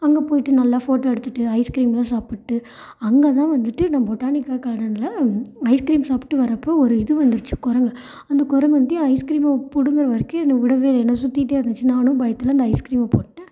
அங்கே போய்ட்டு நல்லா ஃபோட்டோ எடுத்துகிட்டு ஐஸ்க்ரீம்லாம் சாப்பிட்டு அங்கேதான் வந்துட்டு நான் பொட்டானிக்கல் கார்டன்ல ஐஸ்க்ரீம் சாப்பிட்டு வரப்போ ஒரு இது வந்துச்சு குரங்கு அந்த குரங்கு வந்துட்டு என் ஐஸ்க்ரீமை புடுங்குற வரைக்கும் என்னை விடவே இல்லை என்ன சுத்திகிட்டே இருந்துச்சு நானும் பயத்தில் அந்த ஐஸ்க்ரீம்மை போட்டேன்